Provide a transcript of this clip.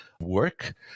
work